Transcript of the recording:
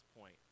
point